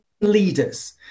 Leaders